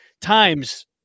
times